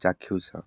ଚାକ୍ଷୁଷ